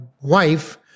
wife